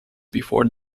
before